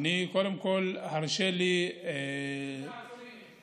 קודם כול, הרשה לי, שלושה עצורים יש.